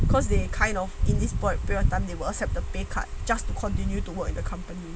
because they kind of in this boils period of time they will accept the pay card just continue to work in the company